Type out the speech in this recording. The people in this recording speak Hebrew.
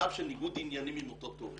במצב של ניגוד עניינים עם אותו תורם.